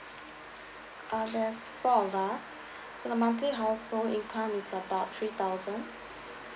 uh there's four of us so the monthly household income is about three thousand